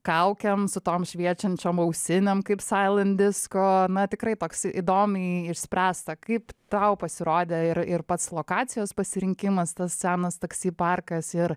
kaukėm su tom šviečiančiom ausinėm kaip na tikrai toks įdomiai išspręsta kaip tau pasirodė ir ir pats lokacijos pasirinkimas tas senas taksi parkas ir